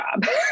job